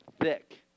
thick